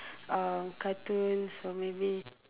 um cartoons or maybe